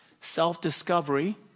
self-discovery